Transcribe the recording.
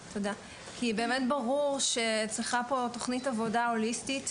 באמת ברור שצריכה להיות פה תוכנית עבודה הוליסטית,